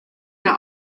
der